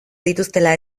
dituztela